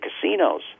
casinos